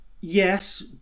yes